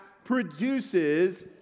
Produces